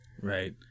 right